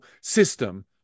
system